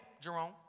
Jerome